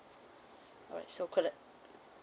alright so